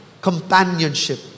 companionship